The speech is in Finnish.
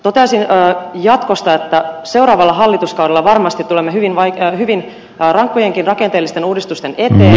toteaisin jatkosta että seuraavalla hallituskaudella varmasti tulemme hyvin rankkojenkin rakenteellisten uudistusten eteen